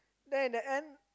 then in the end